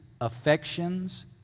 affections